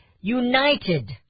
united